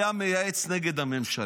היה מייעץ נגד הממשלה,